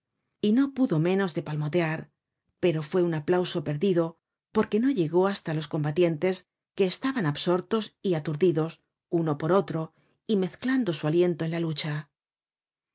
y no pudo menos de palmotear pero fue un aplauso perdido porque no llegó hasta los combatientes que estaban absortos y aturdidos uno por otro y mezclando su aliento en la lucha